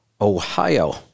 Ohio